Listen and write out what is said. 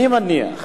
אני מניח